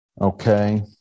Okay